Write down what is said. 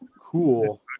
cool